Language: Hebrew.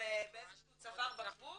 באיזשהו צוואר בקבוק